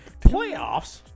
Playoffs